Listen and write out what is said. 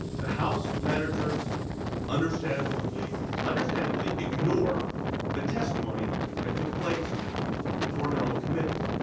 the house managers understandably understandably ignore the testimony that took place before their own committees.